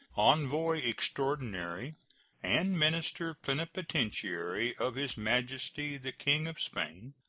envoy extraordinary and minister plenipotentiary of his majesty the king of spain,